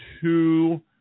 two